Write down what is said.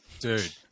dude